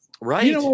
right